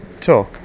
talk